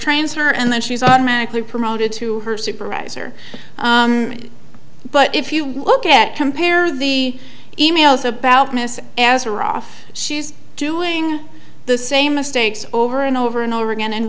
trains her and then she's automatically promoted to her supervisor but if you look at compare the e mails about missing as her off she's doing the same mistakes over and over and over again and